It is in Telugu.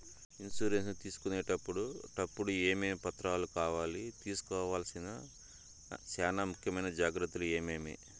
ఇన్సూరెన్సు తీసుకునేటప్పుడు టప్పుడు ఏమేమి పత్రాలు కావాలి? తీసుకోవాల్సిన చానా ముఖ్యమైన జాగ్రత్తలు ఏమేమి?